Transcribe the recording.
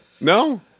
No